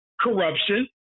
corruption